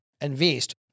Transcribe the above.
invest